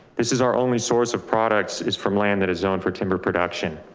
this is our only source of products is from land that is zoned for timber production.